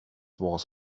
was